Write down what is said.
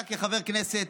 אתה כחבר כנסת